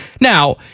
Now